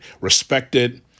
respected